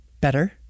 better